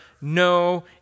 no